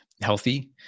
healthy